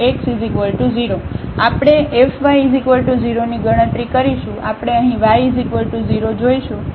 So x0 આપણે fy0 ની ગણતરી કરીશું આપણે અહીં y 0 જોશું